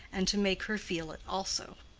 and to make her feel it also.